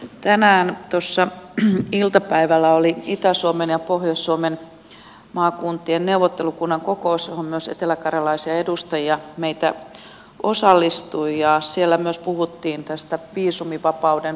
tänään tuossa iltapäivällä oli itä suomen ja pohjois suomen maakuntien neuvottelukunnan kokous johon myös meitä eteläkarjalaisia edustajia osallistui ja siellä puhuttiin myös tästä viisumivapauden tulevaisuudesta